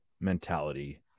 mentality